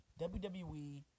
WWE